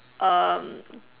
um